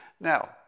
Now